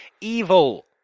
evil